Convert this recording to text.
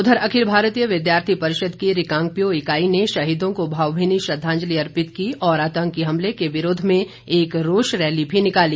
उधर अखिल भारतीय विद्यार्थी परिषद की रिकांगपिओ इकाई ने शहीदों को भावभीनी श्रद्वांजलि अर्पित की और आतंकी हमले के विरोध में एक रोष रैली भी निकाली